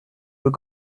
veut